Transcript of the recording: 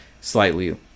slightly